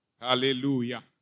Hallelujah